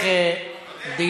והיא תעבור להמשך טיפול,